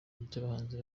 by’abahanzi